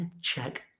check